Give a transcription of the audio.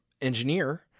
engineer